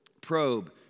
Probe